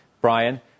Brian